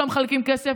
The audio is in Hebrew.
לא מחלקים כסף.